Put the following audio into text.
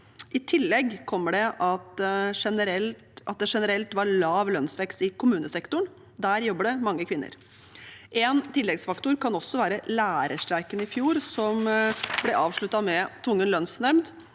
I tillegg var det generelt lav lønnsvekst i kommunesektoren. Der jobber det mange kvinner. En tilleggsfaktor kan også være lærerstreiken i fjor, som ble avsluttet med tvungen lønnsnemnd.